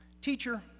Teacher